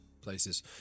places